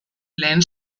lehen